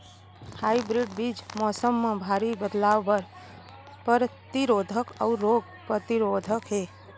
hybrid बीज मौसम मा भारी बदलाव बर परतिरोधी अऊ रोग परतिरोधी हे